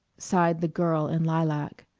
sighed the girl in lilac.